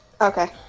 Okay